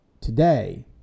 today